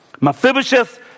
Mephibosheth